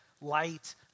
light